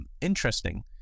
interesting